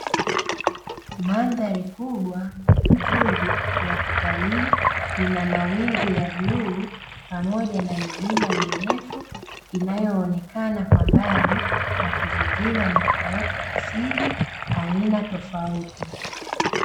Mandhari kubwa, nzuri ya kitalii. Ina mawingu ya bluu pamoja na milima mirefu inayoonekana kwa mbali na kuzingirwa na uoto asili aina tofauti.